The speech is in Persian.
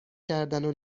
کردنو